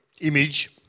image